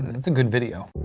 it's a good video.